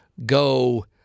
go